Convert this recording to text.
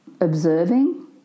observing